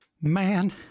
Man